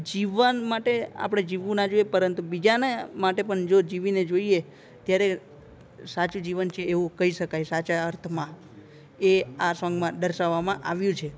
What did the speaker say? જીવન માટે આપણે જીવવું ના જોઈએ પરંતુ બીજાના માટે પણ જો જીવીને જોઈએ ત્યારે સાચું જીવન છે એવું કઈ શકાય સાચા અર્થમાં એ આ સોંગમાં દર્શાવવામાં આવ્યું છે